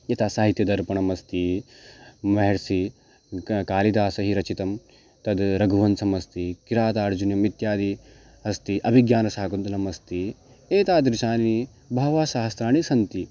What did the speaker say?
यथा साहित्यदर्पणमस्ति महर्षिः ग कालिदासैः रचितं तद् रघुवंशमस्ति किरातार्जुनीयम् इत्यादि अस्ति अभिज्ञानं शाकुन्तलमस्ति एतादृशानि बहवः शास्राणि सन्ति